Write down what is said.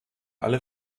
alle